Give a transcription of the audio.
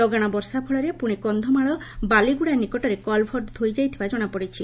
ଲଗାଶ ବର୍ଷା ଫଳରେ ପୁଶି କନ୍ଧମାଳ ବାଲିଗୁଡା ନିକଟରେ କଲଭର୍ଟ ଧୋଇ ଯାଇଥିବା ଜଶାପଡିଛି